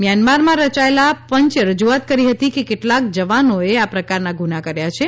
મ્યાંનમારમાં રચાયેલા પંચે રજૂઆત કરી હતીકે કેટલાક જવાનોએ આ પ્રકારના ગુના કર્યા છે